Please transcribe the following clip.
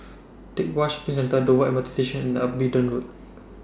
Teck Whye Shopping Centre Dover M R T Station and Abingdon Road